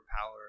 power